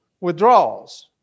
Withdrawals